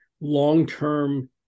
long-term